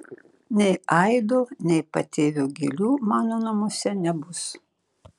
nei aido nei patėvio gėlių mano namuose nebus